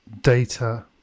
data